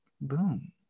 boom